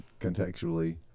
contextually